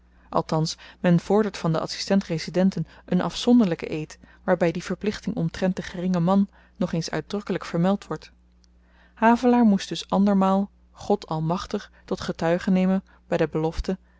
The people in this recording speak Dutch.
althans men vordert van de adsistent residenten een afzonderlyken eed waarby die verplichting omtrent den geringen man nogeens uitdrukkelyk vermeld wordt havelaar moest dus andermaal god almachtig tot getuige nemen by de belofte